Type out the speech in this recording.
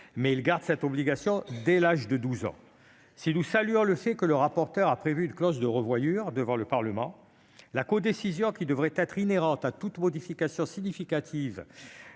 Mais il maintient cette obligation dès l'âge de 12 ans. Si nous saluons le fait que le rapporteur ait prévu une clause de revoyure devant le parlement, la codécision qui devrait être inhérente à toute modification significative